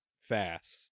fast